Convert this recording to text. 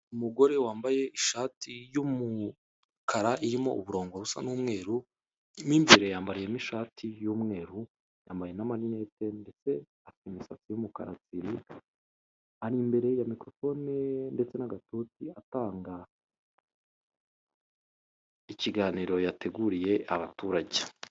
Umugore wambaye ishati y'umukara irimo uburongo busa n'umweru, mo imbere yambariyemo ishati y'umweru, yambaye n'amarinete ndetse afite umusatsi w'umukara tsiri, ari imbere ya mikorofone ndetse no mugatoti atanga ikiganiro yateguriye abaturage.